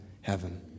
heaven